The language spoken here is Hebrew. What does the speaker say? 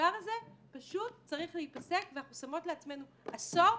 הדבר הזה פשוט צריך להיפסק ואנחנו שמות לעצמנו עשור